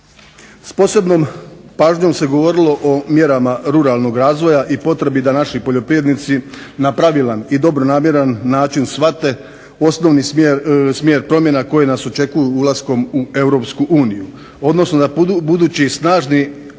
S posebnom pažnjom se govorilo o mjerama ruralnom razvoja i potrebi da naši poljoprivrednici na pravilan i dobronamjeran način shvate osnovni smjer promjena koje nas očekuju ulaskom u Europsku uniju, odnosno da budući i snažni porast